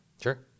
Sure